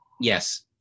Yes